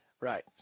Right